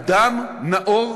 אדם נאור,